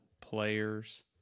Players